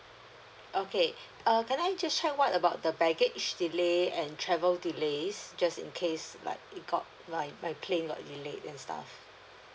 okay err can I just check what about the baggage delay and travel delays just in case like it got like my plane got delayed and stuff